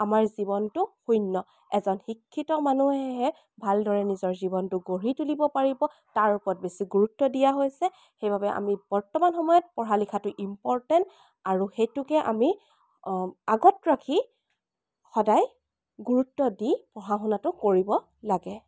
আমাৰ জীৱনটো শূন্য এজন শিক্ষিত মানুহেহে ভালদৰে নিজৰ জীৱনটো গঢ়ি তুলিব পাৰিব তাৰ ওপৰত বেছি গুৰুত্ব দিয়া হৈছে সেইবাবে আমি বৰ্তমান সময়ত পঢ়া লিখাটো ইম্পৰ্টেণ্টে আৰু সেইটোকে আমি আগত ৰাখি সদাই গুৰুত্ব দি পঢ়া শুনাটো কৰিব লাগে